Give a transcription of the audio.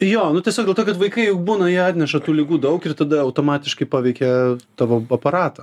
jo nu tiesiog dėl to kad vaikai jau būna jie atneša tų ligų daug ir tada automatiškai paveikia tavo aparatą